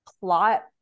plot